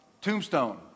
Tombstone